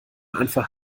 einfach